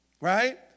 Right